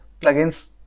plugins